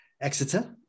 Exeter